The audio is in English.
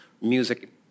Music